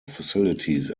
facilities